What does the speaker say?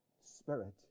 spirit